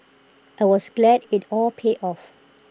I was glad IT all paid off